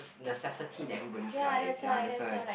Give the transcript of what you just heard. necessity in everybody's life ya that's why